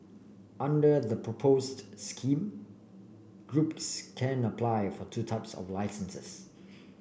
under the proposed scheme groups can apply for two types of licences